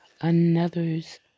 another's